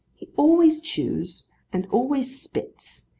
he always chews and always spits,